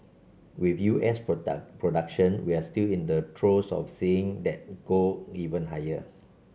with U S production we're still in the throes of seeing that go even higher